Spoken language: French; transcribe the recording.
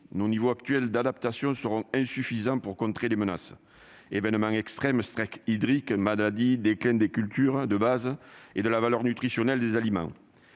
nos niveaux actuels d'adaptation seront insuffisants pour contrer les menaces- événements extrêmes, stress hydrique, maladies, déclin des cultures de base et de la valeur nutritionnelle des aliments